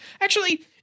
Actually-